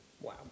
Wow